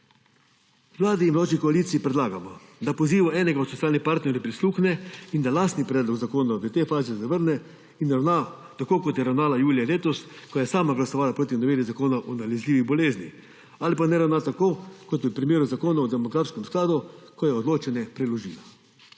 Vladi in vladajoči koaliciji predlagamo, da pozivu enega od socialnih partnerjev prisluhne in da lastni predlog zakona v tej fazi zavrne in ravna tako, kot je ravnala julija letos, ko je sama glasovala proti noveli Zakona o nalezljivih boleznih, ali pa naj ravna tako kot v primeru zakona o demografskem skladu, ko je odločanje preložila.